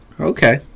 Okay